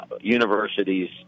universities